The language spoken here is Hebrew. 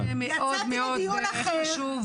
יצאתי לדיון אחר,